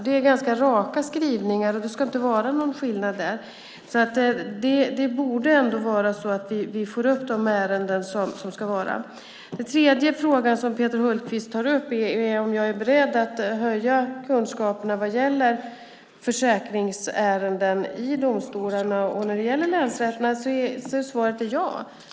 Det är ganska raka skrivningar, och det ska inte vara någon skillnad där. Den tredje frågan som Peter Hultqvist tar upp är om jag är beredd att höja kunskaperna vad gäller försäkringsärenden i domstolarna. När det gäller länsrätterna är svaret ja.